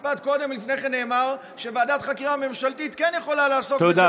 במשפט קודם לכן נאמר שוועדת חקירה ממשלתית כן יכולה לעשות את זה במקביל.